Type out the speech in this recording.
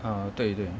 ah 对对